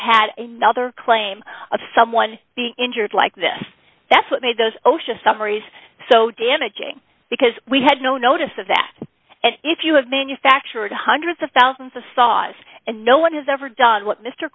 had a nother claim of someone being injured like this that's what made those osha summaries so damaging because we had no notice of that and if you have manufactured hundreds of thousands of saws and no one has ever done what mr